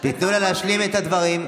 תתנו לה להשלים את הדברים.